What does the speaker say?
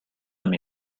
them